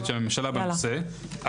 הממשלה בנושא,